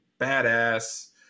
badass